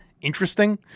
interesting